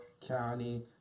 County